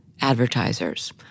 advertisers